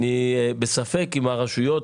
אני בספק אם הרשויות,